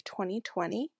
2020